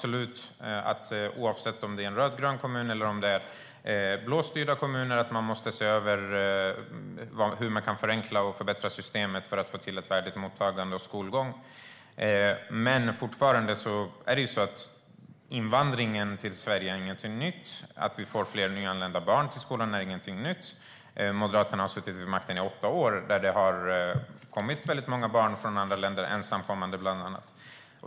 Oavsett om det är rödgröna eller blå kommuner måste man se över hur man kan förenkla och förbättra systemet för att få till stånd ett värdigt mottagande och skolgång. Invandringen till Sverige är dock inget nytt. Att det kommer nyanlända barn till skolan är inget nytt. Moderaterna har suttit vid makten under åtta år då det har kommit väldigt många barn från andra länder, varav många ensamkommande.